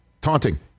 Taunting